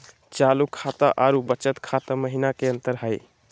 चालू खाता अरू बचत खाता महिना की अंतर हई?